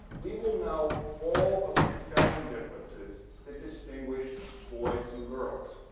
we will know all of the spelling differences that distinguish boys and girls.